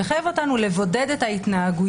מחייב אותנו לבודד את ההתנהגויות,